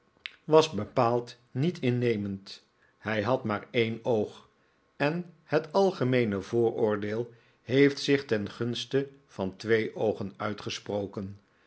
was niet bepaald innemend hij had maar een oog en het algemeene vooroordeel heeft zich ten gunste van twee oogen uitgesproken